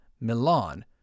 Milan